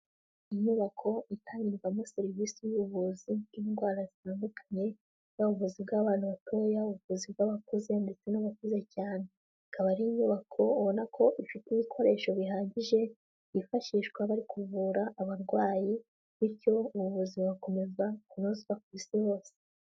Inyubako itangirwamo serivisi z'ubuvuzi bw'indwara zitandukanye, ubuvuzi bw'abana batoya, ubuvuzi bw'abakuze ndetse n'abakuze cyane hakaba ari inyubako ubona ko ifite ibikoresho bihagije byifashishwa bari kuvura abarwayi bityo ubuzima bukomeza kunozwa ku isi hose.